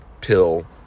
pill